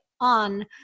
on